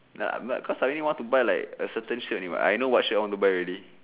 nah I mean cause I only want to buy like a certain shirt only mah I know what shirt I want to buy already